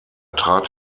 trat